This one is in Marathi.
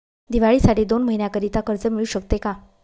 दिवाळीसाठी दोन महिन्याकरिता कर्ज मिळू शकते का?